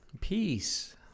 Peace